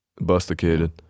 busticated